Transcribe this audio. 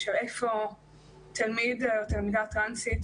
באיזה חדר נמצאת התלמיד או התלמידה הטרנסית.